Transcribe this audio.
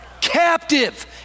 captive